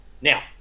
Now